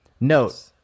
Note